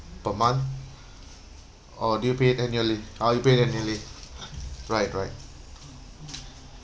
per month or do you pay it annually oh you pay it annually right right